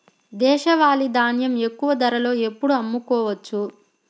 దేశవాలి ధాన్యం ఎక్కువ ధరలో ఎప్పుడు అమ్ముకోవచ్చు?